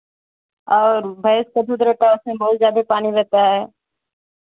और भैंस का दूध रहता है उसमें बहुत ज़्यादे पानी रहता है